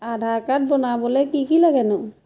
আধাৰ card বনাবলৈ কি কি লাগেনো